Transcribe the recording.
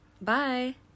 Bye